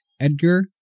edgar